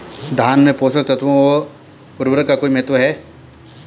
धान में पोषक तत्वों व उर्वरक का कोई महत्व है?